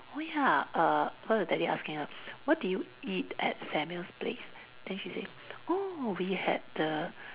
oh ya err cause her daddy asking her what did you eat at Samuel's place then she say oh we had the